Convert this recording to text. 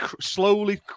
slowly